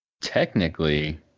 Technically